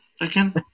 again